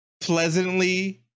pleasantly